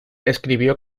escribió